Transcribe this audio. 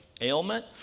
ailment